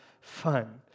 fun